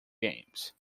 games